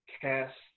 cast